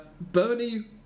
Bernie